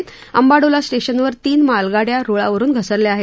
तसंच अंबाडोला स्टेशनवर तीन मालगाड्या रुळावरुन घसरल्या आहेत